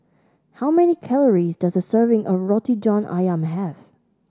how many calories does a serving of Roti John ayam have